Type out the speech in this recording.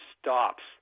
stops